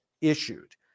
issued